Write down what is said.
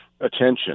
Attention